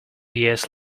years